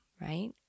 right